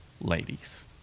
ladies